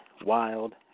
wild